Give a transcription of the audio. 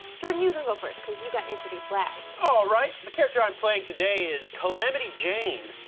jordan, you can go first cause you got introduced last. alright, the character i'm playing today is calamity jane,